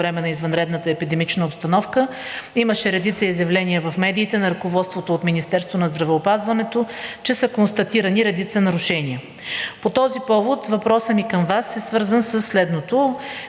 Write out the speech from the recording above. време на извънредната епидемична обстановка, имаше редица изявления в медиите на ръководството от Министерството на здравеопазването, че са констатирани редица нарушения. По този повод въпросът ми към Вас е свързан със следното: